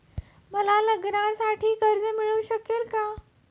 मला लग्नासाठी कर्ज मिळू शकेल का?